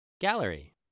Gallery